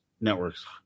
Networks